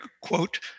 quote